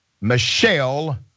Michelle